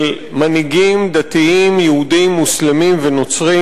של מנהיגים דתיים יהודים, מוסלמים ונוצרים.